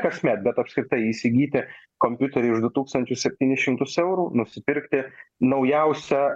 kasmet bet apskritai įsigyti kompiuterį už du tūkstančius septynis šimtus eurų nusipirkti naujausią